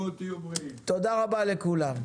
תודה רבה לכולם.